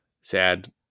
sad